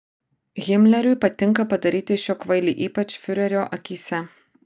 himleriui patinka padaryti iš jo kvailį ypač fiurerio akyse